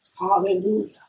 Hallelujah